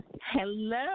Hello